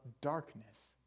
darkness